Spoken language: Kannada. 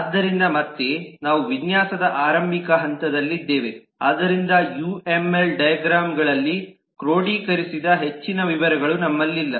ಆದ್ದರಿಂದ ಮತ್ತೆ ನಾವು ವಿನ್ಯಾಸದ ಆರಂಭಿಕ ಹಂತದಲ್ಲಿದ್ದೇವೆ ಆದ್ದರಿಂದ ಯುಎಂಎಲ್ ಡೈಗ್ರಾಮ್ ಗಳಲ್ಲಿ ಕ್ರೋಡೀಕರಿಸಿದ ಹೆಚ್ಚಿನ ವಿವರಗಳು ನಮ್ಮಲ್ಲಿಲ್ಲ